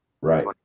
right